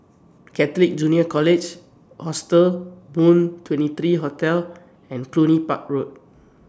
Catholic Junior College Hostel Moon twenty three Hotel and Cluny Park Road